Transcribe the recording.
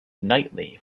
nightly